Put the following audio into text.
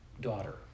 daughter